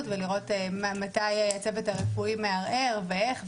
ולראות מתי הצוות הרפואי מערער ואיך,